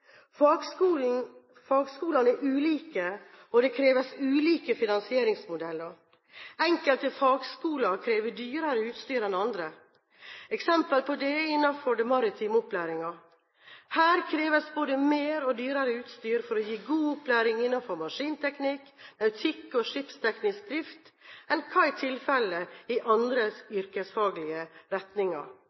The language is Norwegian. viktige. Fagskolene er ulike, og det kreves ulike finansieringsmodeller. Enkelte fagskoler krever dyrere utstyr enn andre. Eksempel på det er innenfor den maritime opplæringen. Her kreves både mer og dyrere utstyr for å gi god opplæring innenfor maskinteknikk, nautikk og skipsteknisk drift enn hva som er tilfellet i andre yrkesfaglige retninger.